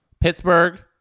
Pittsburgh